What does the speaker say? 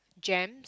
jam